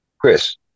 Chris